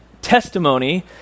testimony